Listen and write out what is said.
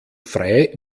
frei